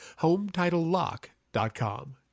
HometitleLock.com